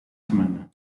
semana